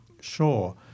Sure